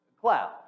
Cloud